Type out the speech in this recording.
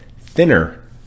thinner